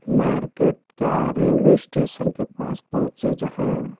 market क्या railway station के पास पहुँचे जहाँ